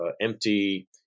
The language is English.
empty